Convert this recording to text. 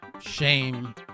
shame